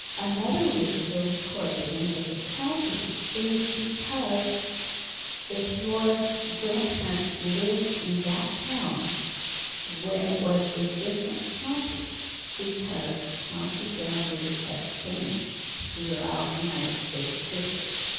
another reason to record the name of the county is because if your grandparents lived in that town when it was a different county because county boundaries have changed throughout united states history,